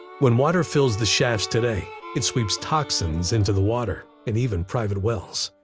when water fills the shafts today, it sweeps toxins into the water, and even private wells.